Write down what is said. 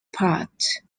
part